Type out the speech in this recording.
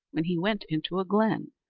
when he went into a glen.